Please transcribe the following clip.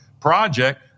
project